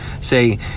say